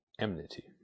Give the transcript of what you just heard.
Enmity